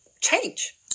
change